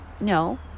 no